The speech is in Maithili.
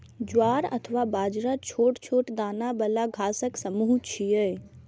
ज्वार अथवा बाजरा छोट छोट दाना बला घासक समूह छियै